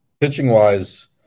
Pitching-wise